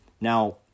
Now